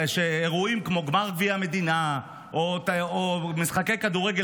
שאירועים כמו גמר גביע המדינה או משחקי כדורגל